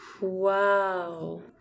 Wow